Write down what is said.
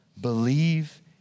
believe